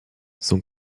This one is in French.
son